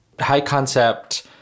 high-concept